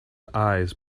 eyes